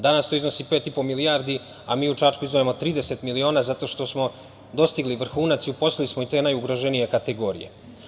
Danas to iznosi pet i po milijardi, a mi u Čačku izdvajamo trideset miliona zato što smo dostigli vrhunac i uposlili smo i te najugroženije kategorije.